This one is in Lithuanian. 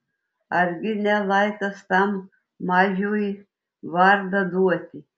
argi ne laikas tam mažiui vardą duoti